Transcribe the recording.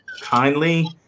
kindly